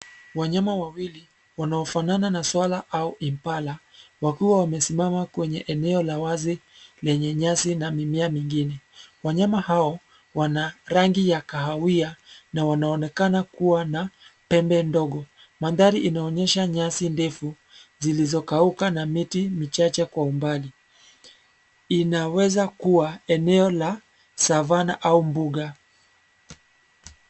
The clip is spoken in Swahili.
Wanyama wawili wanaofanana na swara au impala wakiwa wamesimama kwenye eneo la wazi lenye nyasi na mimea mingine. Wanyama hao wana rangi ya kahawia na wanaonekana kuwa na pembe ndogo. Mandhari inaonyesha nyasi ndefu zilizokauka na miti michache kwa umbali, inaweza kuwa eneo la savanna au mbuga.